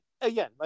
again